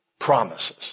promises